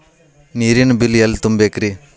ನೇರಿನ ಬಿಲ್ ಎಲ್ಲ ತುಂಬೇಕ್ರಿ?